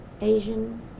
Asian